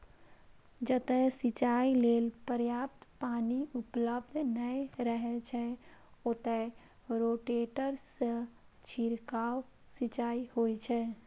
जतय सिंचाइ लेल पर्याप्त पानि उपलब्ध नै रहै छै, ओतय रोटेटर सं छिड़काव सिंचाइ होइ छै